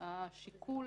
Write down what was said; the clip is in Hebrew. השיקול